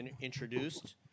introduced